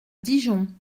dijon